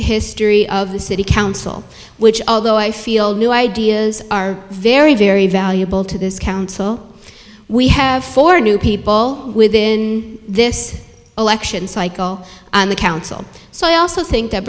history of the city council which although i feel new ideas are very very valuable to this council we have four new people within this election cycle the council so i also think that